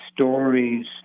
stories